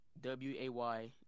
w-a-y